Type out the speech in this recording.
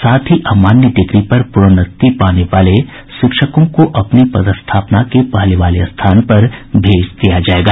साथ ही अमान्य डिग्री पर प्रोन्नति पाने वाले शिक्षकों को अपनी पदस्थापना के पहले वाले स्थान पर भेज दिया जायेगा